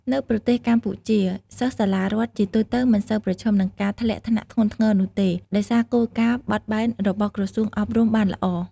នៅប្រទេសកម្ពុជា សិស្សសាលារដ្ឋជាទូទៅមិនសូវប្រឈមនឹងការធ្លាក់ថ្នាក់ធ្ងន់ធ្ងរនោះទេ ដោយសារគោលការណ៍បត់បែនរបស់ក្រសួងអប់រំបានល្អ។